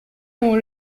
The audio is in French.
sont